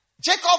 Jacob